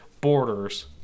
borders